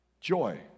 joy